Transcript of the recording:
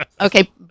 Okay